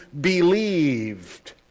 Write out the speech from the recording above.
believed